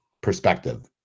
perspective